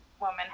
woman